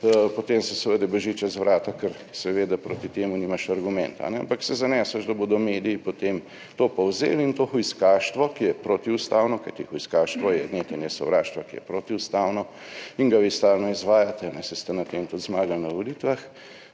potem se seveda beži skozi vrata, ker seveda proti temu nimaš argumenta. Ampak se zaneseš, da bodo mediji potem to povzeli, in to hujskaštvo, ki je protiustavno – kajti hujskaštvo je netenje sovraštva, ki je protiustavno in ga vi stalno izvajate, saj ste s tem tudi zmagali na volitvah